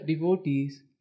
devotees